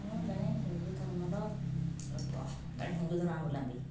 ମୁଁ ଜଣେ ହିନ୍ଦୁଧର୍ମର ଲୋକ ଜଣେ ହିନ୍ଦୁ ଧର୍ମାବଲମ୍ବୀ